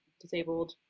disabled